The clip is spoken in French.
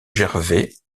gervais